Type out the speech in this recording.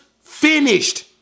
finished